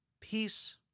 Peace